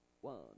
one